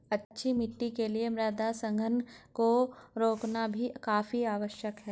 अच्छी मिट्टी के लिए मृदा संघनन को रोकना भी काफी आवश्यक है